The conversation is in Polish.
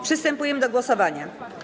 Przystępujemy do głosowania.